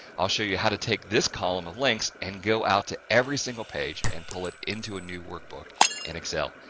i'll show you how to take this column of links and go out to, every single page and pull it into a new workbook in excel.